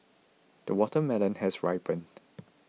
the watermelon has ripened